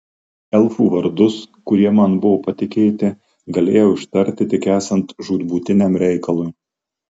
elfų vardus kurie man buvo patikėti galėjau ištarti tik esant žūtbūtiniam reikalui